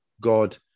God